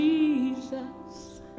Jesus